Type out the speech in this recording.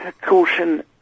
caution